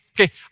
okay